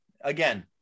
again